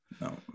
No